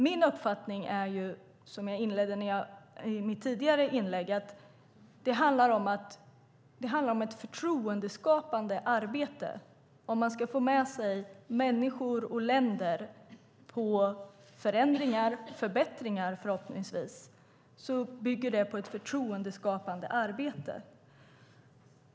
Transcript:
Min uppfattning är, som jag framförde i mitt tidigare inlägg, att om man ska få med sig människor och länder på förändringar och förhoppningsvis förbättringar bygger det på ett förtroendeskapande arbete.